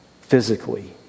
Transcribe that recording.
physically